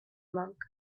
monk